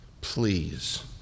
Please